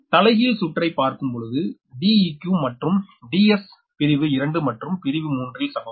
தலைகீழ் சுற்றை பார்க்கும் பொழுது Deq மற்றும் Ds பிரிவு 2 மற்றும் பிரிவு 3இல் சமம்